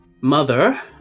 mother